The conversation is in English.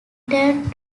returned